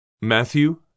Matthew